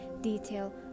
detail